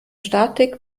statik